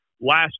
Last